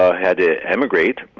ah had to emigrate